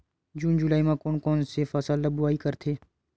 जून जुलाई म कोन कौन से फसल ल बोआई करथे?